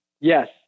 yes